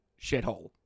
shithole